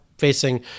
facing